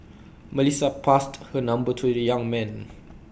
Melissa passed her number to the young man